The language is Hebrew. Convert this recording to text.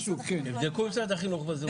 תבדקו אם משרד החינוך בזום.